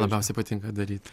labiausiai patinka daryt